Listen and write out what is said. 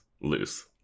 loose